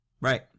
right